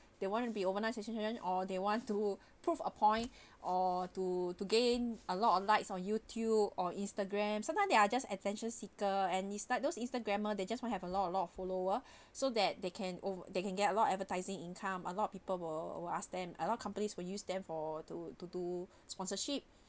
they want to be overnight sensation or they want to prove a point or to to gain a lot of likes on youtube or instagram sometime they are just attention seeker and it's like those instagrammer they just want to have a lot a lot of follower so that they can ov~ they can get a lot advertising income a lot of people will will ask them a lot companies will use them for to to do sponsorship